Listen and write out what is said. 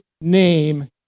name